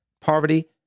poverty